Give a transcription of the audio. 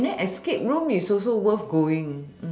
and then escape room also worth going